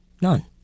None